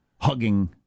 hugging